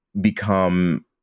become